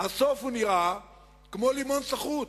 ובסוף הוא נראה כמו לימון סחוט.